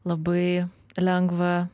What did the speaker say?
labai lengva